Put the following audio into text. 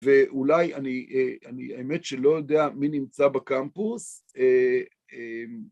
ואולי, אני האמת שלא יודע מי נמצא בקמפוס,